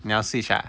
你要 switch ah